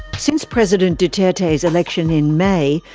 since president duterte's election in may,